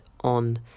on